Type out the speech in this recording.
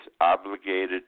obligated